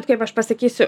kaip aš pasakysiu